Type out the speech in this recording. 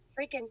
freaking